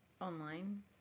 online